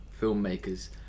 filmmakers